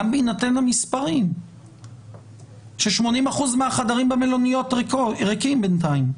גם בהינתן המספרים ש- 80% מהחדרים במלוניות ריקים בינתיים?